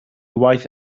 waith